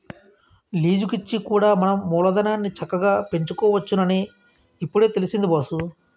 లీజికిచ్చి కూడా మన మూలధనాన్ని చక్కగా పెంచుకోవచ్చునని ఇప్పుడే తెలిసింది బాసూ